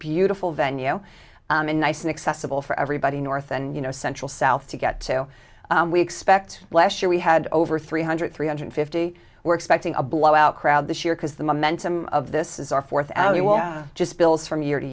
beautiful venue and nice and accessible for everybody north and you know central south to get to we expect last year we had over three hundred three hundred fifty we're expecting a blow out crowd this year because the momentum of this is our fourth just builds from year to